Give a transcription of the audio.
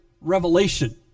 revelation